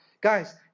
Guys